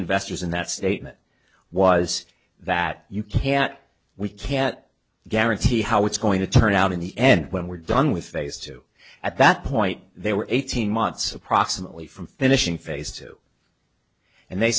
investors in that statement was that you can't we can't guarantee how it's going to turn out in the end when we're done with phase two at that point they were eighteen months approximately from finishing phase two and they